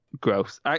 gross